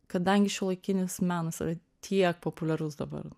kadangi šiuolaikinis menas yra tiek populiarus dabar